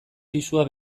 pisua